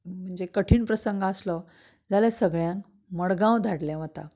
म्हणजें कठीण प्रसंग आसलो जाल्यार सगळ्यांक मडगांव धाडलें वता